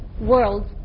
world